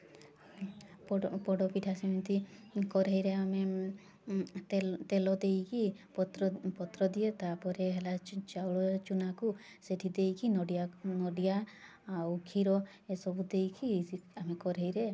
ପୋଡ଼ ପୋଡ଼ପିଠା ସେମିତି କରେଇରେ ଆମେ ତେଲ ତେଲ ଦେଇକି ପତ୍ର ପତ୍ର ଦିଏ ତା'ପରେ ହେଲା ଚାଉଳର ଚୁନାକୁ ସେଠି ଦେଇକି ନଡ଼ିଆ ନଡ଼ିଆ ଆଉ କ୍ଷୀର ଏସବୁ ଦେଇକି ଆମେ କରେଇରେ